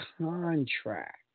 contract